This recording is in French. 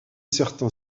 certain